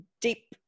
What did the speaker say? deep